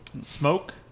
smoke